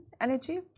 energy